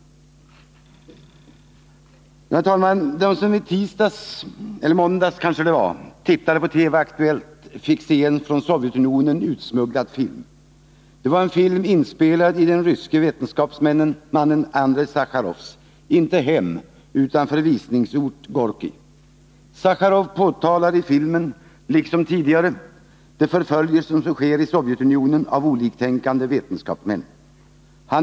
De som i måndags tittade på TV-Aktuellt fick se en från Sovjetunionen utsmugglad film. Det var en film inspelad i den ryske vetenskapsmannen Andrej Sacharovs — inte hem utan förvisningsort Gorkij. Sacharov påtalar i filmen liksom tidigare de förföljelser av oliktänkande vetenskapsmän som sker i Sovjetunionen.